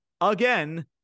again